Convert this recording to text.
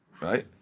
Right